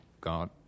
God